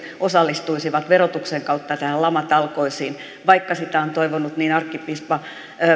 osallistuisivat verotuksen kautta lamatalkoisiin vaikka sitä on toivonut niin arkkipiispa